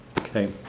Okay